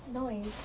nice